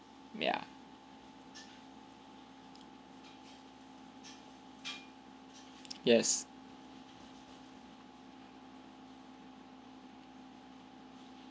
ya yes